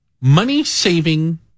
money-saving